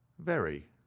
very,